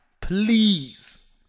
Please